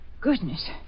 Goodness